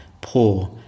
poor